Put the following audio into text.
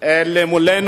על פנינו.